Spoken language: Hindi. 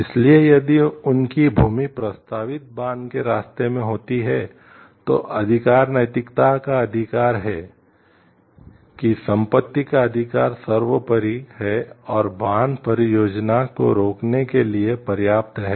इसलिए यदि उनकी भूमि प्रस्तावित बांध के रास्ते में होती है तो अधिकार नैतिकता का अधिकार है कि संपत्ति का अधिकार सर्वोपरि है और बांध परियोजना को रोकने के लिए पर्याप्त है